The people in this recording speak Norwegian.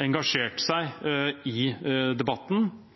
engasjert seg i debatten,